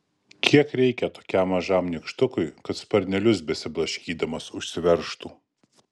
kiek reikia tokiam mažam nykštukui kad sparnelius besiblaškydamas užsiveržtų